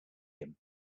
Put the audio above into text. him